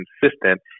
consistent